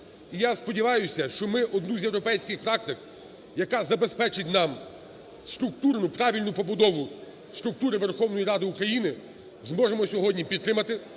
я сподіваюся, що ми одну з європейських практик, яка забезпечить нам структурну, правильну побудову структури Верховної Ради України зможемо сьогодні підтримати,